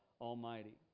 Almighty